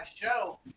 show